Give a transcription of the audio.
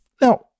Now